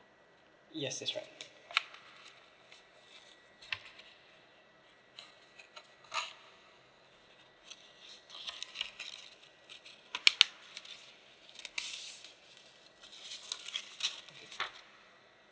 yes that's right